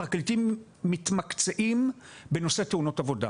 פרקליטים מתמקצעים בנושא תאונות עבודה.